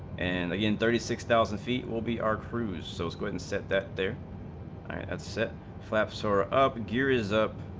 and yeah in thirty six thousand feet will be our crucial so swing and set that their and asset five shore up here is up,